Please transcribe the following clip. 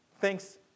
thanks